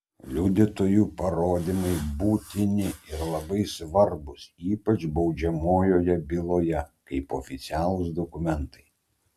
liudytojų parodymai būtini ir labai svarbūs ypač baudžiamojoje byloje kaip oficialūs dokumentai